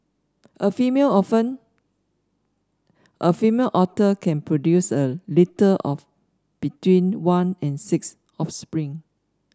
a female often a female otter can produce a litter of between one and six offspring